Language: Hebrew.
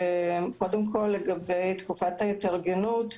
קודם כל לגבי תקופת ההתארגנות,